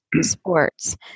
sports